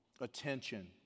attention